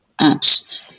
apps